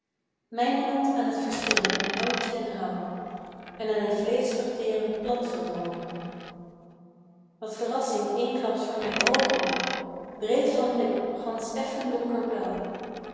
mijmerend aan t verschil van hauwtje en hauw en aan t vleeschverteerend plantvermogen wat verrassing eensklaps voor mijn oogen breed van lip gansch effen donkerblauw